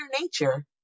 nature